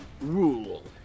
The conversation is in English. Rule